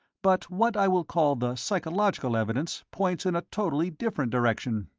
but what i will call the psychological evidence points in a totally different direction.